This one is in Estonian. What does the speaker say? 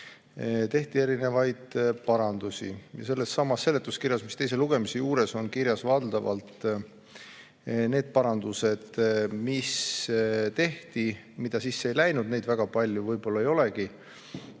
tehti erinevaid parandusi. Sellessamas seletuskirjas, mis on teiseks lugemiseks tehtud, on kirjas valdavalt need parandused, mis tehti. Mida sisse ei läinud, neid väga palju võib-olla ei olegi.